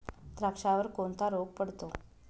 द्राक्षावर कोणता रोग पडतो?